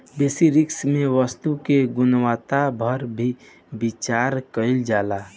बेसि रिस्क में वस्तु के गुणवत्ता पर भी विचार कईल जाला